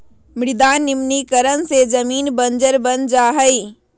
मृदा निम्नीकरण से जमीन बंजर बन जा हई